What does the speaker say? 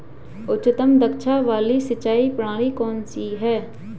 उच्चतम दक्षता वाली सिंचाई प्रणाली कौन सी है?